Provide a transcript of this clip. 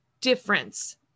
difference